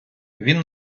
він